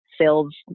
sales